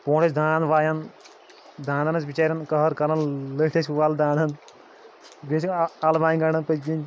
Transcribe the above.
برٛونٛٹھ ٲسۍ داند وایان داندَن ٲسۍ بِچارٮ۪ن قٔہر کَران لٔٹھۍ ٲسۍ وَال داندَن بیٚیہِ ٲسۍ اَ اَلہٕ بانہِ گَنڈان پٔتۍکِنۍ